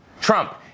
Trump